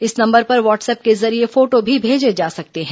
इस नंबर पर व्हाट्सअप के जरिये फोटो भी भेजे जा सकते हैं